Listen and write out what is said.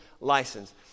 license